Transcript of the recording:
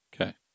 Okay